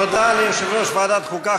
תודה ליושב-ראש ועדת החוקה,